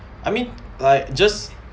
I mean like just